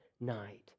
night